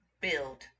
build